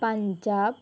Punjab